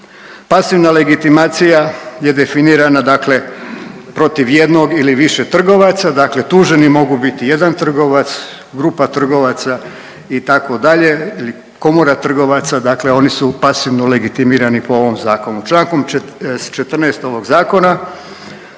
Pasivna legitimacija je definirana dakle protiv jednog ili više trgovaca, dakle tuženi mogu biti jedan trgovac, grupa trgovaca itd., komora trgovaca, dakle oni su pasivno legitimirani po ovom zakonu. Člankom 14. ovog zakona,